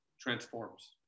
transforms